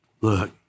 Look